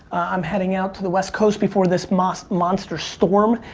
i'm heading out to the west coast before this monster monster storm.